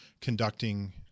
conducting